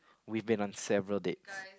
we've been on several dates